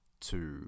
two